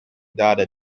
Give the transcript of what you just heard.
data